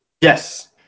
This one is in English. yes